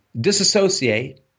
disassociate